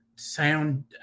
sound